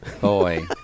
Boy